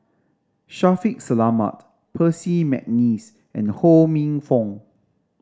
Shaffiq Selamat Percy McNeice and Ho Minfong